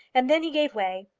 and then he gave way.